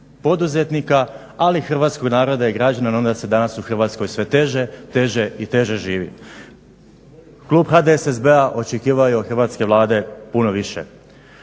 poduzetnika ali i hrvatskog naroda i građana … u Hrvatskoj sve teže, teže i teže živi. Klub HDSSB-a očekivao je od hrvatske Vlade puno više.